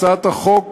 הצעת החוק